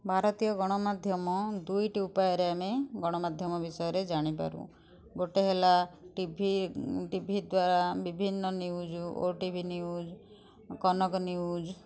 ଭାରତୀୟ ଗଣମାଧ୍ୟମ ଦୁଇଟି ଉପାୟରେ ଆମେ ଗଣମାଧ୍ୟମ ବିଷୟରେ ଜାଣିପାରୁ ଗୋଟେ ହେଲା ଟିଭି ଟିଭି ଦ୍ଵାରା ବିଭିନ୍ନ ନ୍ୟୁଜ୍ ଓ ଟିଭି ନ୍ୟୁଜ୍ କନକ ନ୍ୟୁଜ୍